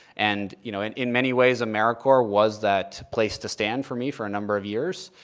and, you know, and in many ways americorps was that place to stand for me for a number of years.